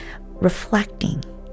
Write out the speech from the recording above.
reflecting